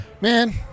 Man